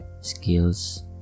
skills